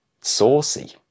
saucy